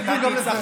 יש גבול גם לזה.